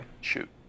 Shoot